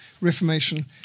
Reformation